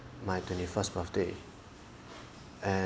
my twenty first birthday and